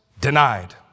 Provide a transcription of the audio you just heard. denied